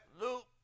Luke